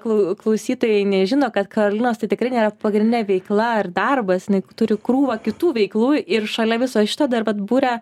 klau klausytojai nežino kad karolinos tai tikrai nėra pagrindinė veikla ar darbas jinai turi krūvą kitų veiklų ir šalia viso šito dar vat buria